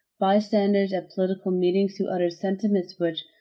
bystanders at political meetings, who uttered sentiments which,